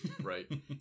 right